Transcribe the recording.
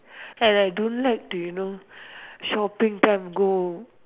and like I don't like to you know shopping time go